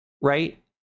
right